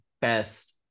best